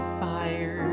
fire